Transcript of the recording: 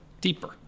deeper